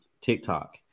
TikTok